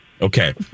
Okay